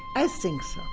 i think so.